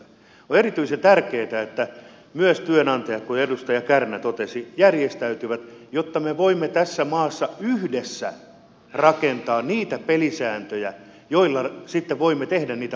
on erityisen tärkeätä että myös työnantajat kuten edustaja kärnä totesi järjestäytyvät jotta me voimme tässä maassa yhdessä rakentaa niitä pelisääntöjä joilla sitten voimme tehdä niitä paikallisia sopimuksia